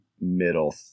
middle